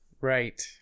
Right